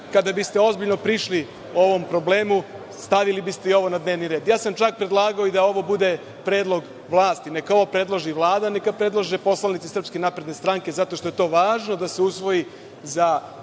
kada biste ozbiljno prišli ovom problemu, stavili biste i ovo na dnevni red. Čak sam predlagao da ovo bude predlog vlasti, neka ovo predloži Vlada, neka predlože poslanici SNS zato što je to važno da se usvoji za